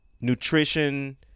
nutrition